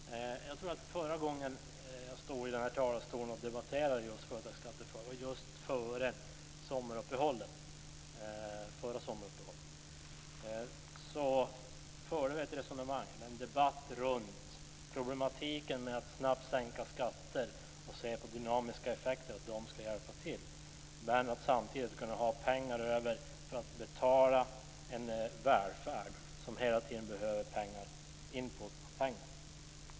Herr talman! Jag tror att förra gången jag stod här i talarstolen och debatterade företagsskattefrågor var just före det förra sommaruppehållet. Då förde vi en debatt runt problemet med att snabbt sänka skatter och få dynamiska effekter som ska hjälpa till. Samtidigt gäller det att ha pengar över för att betala en välfärd som hela tiden behöver en input av pengar.